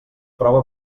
prova